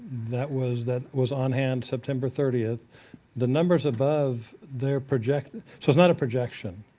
that was that was on hand september thirty. the numbers above, they're projected so it's not a projection.